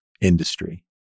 industry